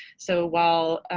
so while